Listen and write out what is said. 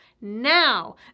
now